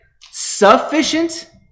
Sufficient